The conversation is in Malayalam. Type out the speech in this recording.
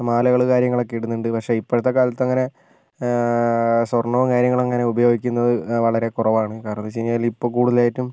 മാലകൾ കാര്യങ്ങളൊക്കെ ഇടുന്നുണ്ട് പക്ഷേ ഇപ്പോഴത്തെ കാലത്തങ്ങനെ സ്വർണോം കര്യങ്ങളങ്ങനെ ഉപയോഗിക്കുന്നത് വളരെ കുറവാണ് കാരണം എന്ന് വെച്ച് കഴിഞ്ഞാൽ ഇപ്പോൾ കൂടുതലായിട്ടും